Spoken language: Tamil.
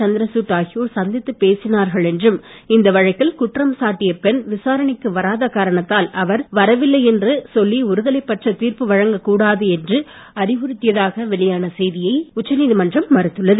சந்திரசூட் ஆகியோர் சந்தித்துப் பேசினார்கள் என்றும் இந்த வழக்கில் குற்றம் சாட்டிய பெண் விசாரணைக்கு வராத காரணத்தால் அவர் வரவில்லை என்று சொல்லி ஒருதலைப்பட்ச தீர்ப்பு வழங்கக் கூடாது என்று அறிவுறுத்தியதாக வெளியான செய்தியை உச்ச நீதிமன்றம் மறுத்துள்ளது